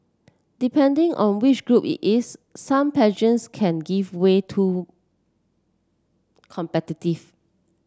depending on which group it is some pageants can give way too competitive